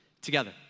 together